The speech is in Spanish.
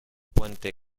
puente